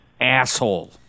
asshole